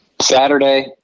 Saturday